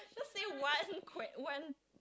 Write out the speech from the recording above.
just say one que~ one